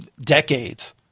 decades